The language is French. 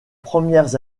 premières